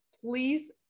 Please